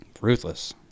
Ruthless